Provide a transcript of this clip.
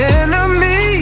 enemy